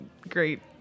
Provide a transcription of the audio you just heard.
great